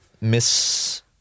miss